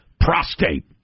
prostate